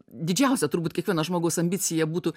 didžiausia turbūt kiekvieno žmogaus ambicija būtų